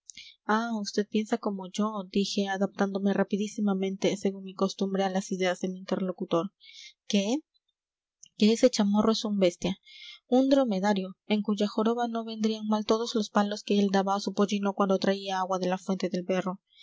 vd piensa como yo dije adaptándome rapidísimamente según mi costumbre a las ideas de mi interlocutor qué que ese chamorro es un bestia un dromedario en cuya joroba no vendrían mal todos los palos que él daba a su pollino cuando traía agua de la fuente del berro